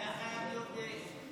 זה היה יכול להיות בהסבר,